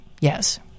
yes